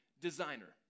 designer